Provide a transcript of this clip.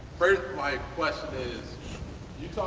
my question is you